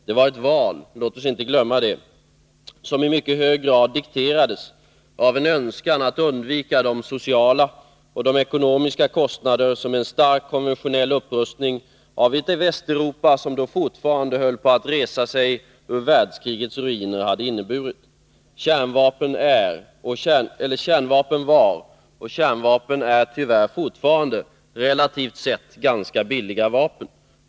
Det var ett val, låt oss inte glömma det, som i mycket hög grad dikterades av en önskan att undvika de sociala och ekonomiska kostnader som en stark konventionell upprustning av ett Västeuropa som då fortfarande höll på att resa sig ur världskrigets ruiner hade inneburit. Kärnvapen var, och kärnvapen är tyvärr fortfarande, relativt sett ganska billiga vapen.